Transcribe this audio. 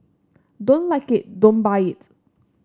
don't like it don't buy it